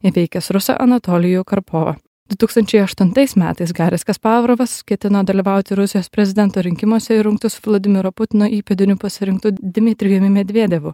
įveikęs rusą anatolijų karpovą du tūkstančiai aštuntais metais garis kasparovas ketino dalyvauti rusijos prezidento rinkimuose ir rungtis su vladimiro putino įpėdiniu pasirinktu dmitrijumi medvedevu